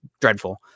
Dreadful